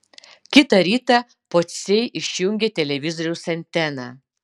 kitą rytą pociai išjungė televizoriaus anteną